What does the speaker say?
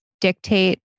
dictate